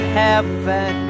heaven